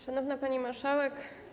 Szanowna Pani Marszałek!